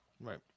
Right